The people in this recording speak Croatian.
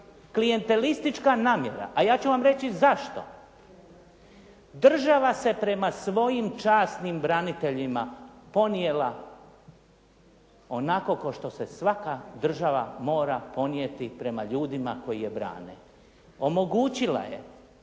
klijentelistička namjera a ja ću vam reći zašto. Država se prema svojim časnim braniteljima ponijela onako kao što se svaka država mora ponijeti prema ljudima koji je brane. Omogućila je